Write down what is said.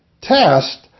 Test